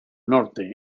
norte